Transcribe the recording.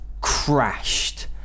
crashed